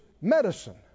medicine